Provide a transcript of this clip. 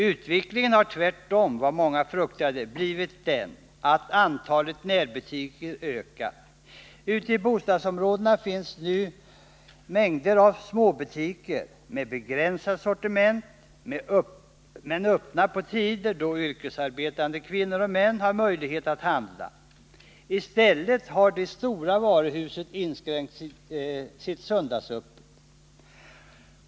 Utvecklingen har tvärtemot vad många fruktade blivit den att antalet närbutiker ökat. Ute i bostadsområdena finns nu mängder av småbutiker, med begränsat sortiment men öppna på tider då yrkesarbetande kvinnor och män har möjlighet att handla. I stället har de stora varuhusen inskränkt sitt söndagsöppethållande.